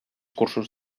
cursos